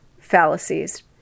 fallacies